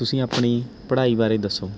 ਤੁਸੀਂ ਆਪਣੀ ਪੜ੍ਹਾਈ ਬਾਰੇ ਦੱਸੋ